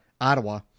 Ottawa